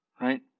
Right